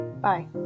Bye